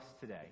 today